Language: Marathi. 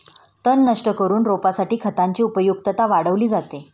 तण नष्ट करून रोपासाठी खतांची उपयुक्तता वाढवली जाते